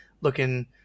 looking